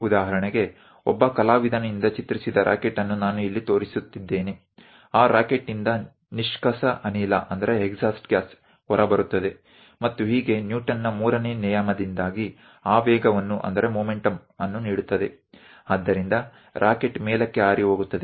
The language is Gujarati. ઉદાહરણ તરીકે અહીં હું તમને એક કલાકાર દ્વારા દોરેલા રોકેટ ને બતાવી રહ્યો છું ત્યાં તે રોકેટમાંથી એક્ઝોસ્ટ ગેસ આવશે અને આ રીતે ન્યુટન ના ત્રીજા નિયમ અનુસાર ગતિ મળશે રોકેટ ઉપરની તરફ ઉડે છે